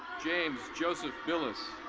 james joseph villas.